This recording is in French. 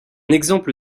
exemple